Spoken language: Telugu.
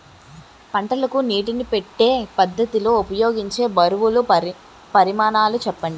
పంటలకు నీటినీ పెట్టే పద్ధతి లో ఉపయోగించే బరువుల పరిమాణాలు చెప్పండి?